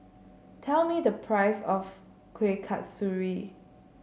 tell me the price of Kuih Kasturi